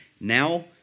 Now